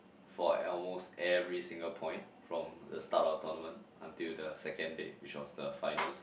for almost every single point from the start of the tournament until the second day which was the finals